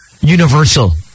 universal